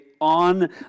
on